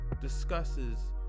discusses